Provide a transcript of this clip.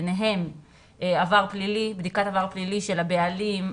ביניהם בדיקת עבר פלילי של הבעלים,